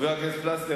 חבר הכנסת פלסנר,